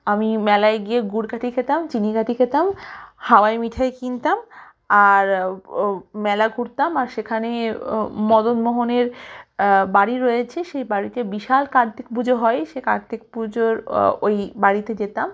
আমি মেলায় গিয়ে গুঁড় কাঠি খেতাম চিনি কাঠি খেতাম হাওয়াই মিঠাই কিনতাম আর মেলা ঘুরতাম আর সেখানে মদন মোহনের বাড়ি রয়েছে সেই বাড়িতে বিশাল কার্তিক পুজো হয় সেই কার্তিক পুজোর ওই বাড়িতে যেতাম